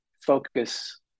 focus